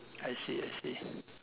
I see I see